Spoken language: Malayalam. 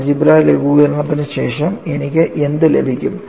ആൾജിബ്ര ലഘൂകരണത്തിന് ശേഷം എനിക്ക് എന്ത് ലഭിക്കും